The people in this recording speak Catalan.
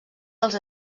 dels